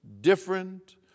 different